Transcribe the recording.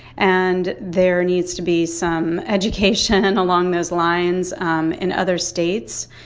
and there needs to be some education and along those lines um in other states.